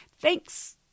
Thanks